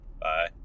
Bye